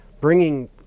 bringing